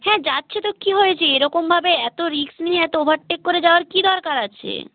হ্যাঁ যাচ্ছে তো কী হয়েছে এরকমভাবে এত রিস্ক নিয়ে এত ওভারটেক করে যাওয়ার কী দরকার আছে